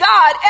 God